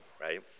right